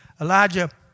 Elijah